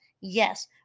Yes